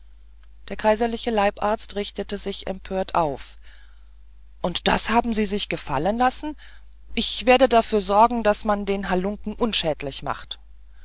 der kaiserliche leibarzt richtete sich empört auf und das haben sie sich gefallen lassen ich werde dafür sorgen daß man den halunken unschädlich macht